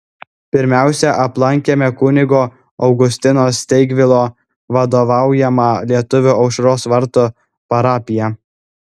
pirmiausia aplankėme kunigo augustino steigvilo vadovaujamą lietuvių aušros vartų parapiją